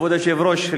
כבוד היושב-ראש,